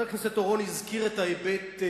אוקיי.